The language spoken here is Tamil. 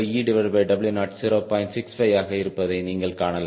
65 ஆக இருப்பதை நீங்கள் காணலாம்